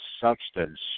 substance